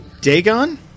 Dagon